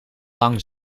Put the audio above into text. lang